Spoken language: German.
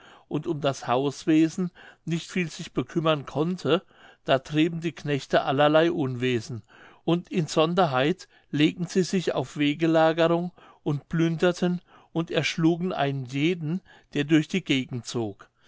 und um das hauswesen nicht viel sich bekümmern konnte da trieben die knechte allerlei unwesen und insonderheit legten sie sich auf wegelagerung und plünderten und erschlugen einen jeden der durch die gegend zog